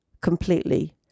completely